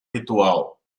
ritual